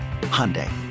Hyundai